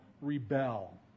rebel